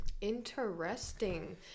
Interesting